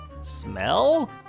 smell